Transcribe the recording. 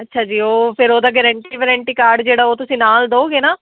ਅੱਛਾ ਜੀ ਉਹ ਫਿਰ ਉਹਦਾ ਗਰੰਟੀ ਵਰੰਟੀ ਕਾਰਡ ਜਿਹੜਾ ਉਹ ਤੁਸੀਂ ਨਾਲ ਦਉਗੇ ਨਾ